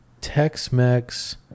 Tex-Mex